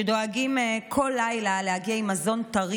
שדואגים כל לילה להגיע עם מזון טרי